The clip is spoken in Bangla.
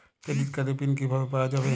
ক্রেডিট কার্ডের পিন কিভাবে পাওয়া যাবে?